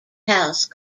house